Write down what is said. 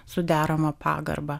su derama pagarba